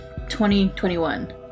2021